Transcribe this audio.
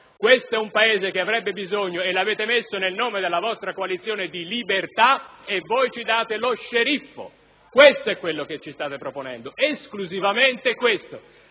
Questo è un Paese che avrebbe bisogno - e lo avete messo nel nome della vostra coalizione - di libertà e voi invece ci date lo sceriffo. Questo è quello che ci state proponendo, esclusivamente questo.